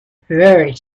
very